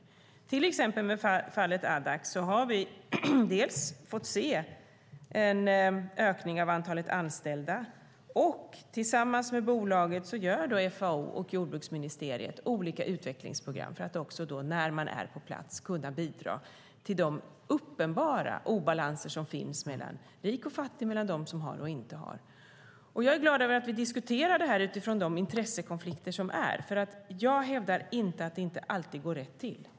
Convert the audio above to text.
I till exempel fallet Addax har vi fått se en ökning av antalet anställda, och tillsammans med bolaget gör FAO och jordbruksministeriet olika utvecklingsprogram för att på plats kunna bidra till de uppenbara obalanser som finns mellan rik och fattig, mellan dem som har och dem som inte har. Jag är glad att vi diskuterar det här utifrån de intressekonflikter som finns. Jag hävdar inte att det alltid går rätt till.